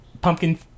Pumpkin